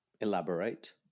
Elaborate